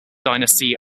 dynasty